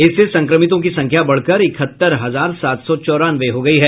इससे संक्रमितों की संख्या बढ़कर इकहत्तर हजार सात सौ चौरानवे हो गयी है